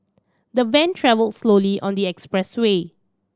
the van travelled slowly on the expressway